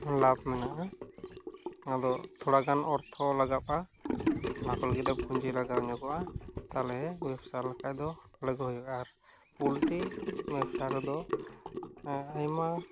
ᱞᱟᱵᱷ ᱢᱮᱱᱟᱜᱼᱟ ᱚᱱᱟᱫᱚ ᱛᱷᱚᱲᱟᱜᱟᱱ ᱚᱨᱛᱷᱚ ᱞᱟᱜᱟᱼᱟ ᱚᱱᱟᱠᱚ ᱞᱟᱹᱜᱤᱫ ᱫᱚ ᱯᱩᱸᱡᱤ ᱞᱟᱜᱟᱣᱧᱚᱜᱚᱜᱼᱟ ᱛᱟᱞᱦᱮ ᱵᱮᱵᱽᱥᱟ ᱞᱮᱠᱷᱟᱡᱫᱚ ᱞᱟᱹᱜᱩ ᱦᱩᱭᱩᱜᱼᱟ ᱟᱨ ᱯᱳᱞᱴᱨᱤ ᱵᱮᱵᱽᱥᱟ ᱨᱮᱫᱚ ᱟᱭᱢᱟ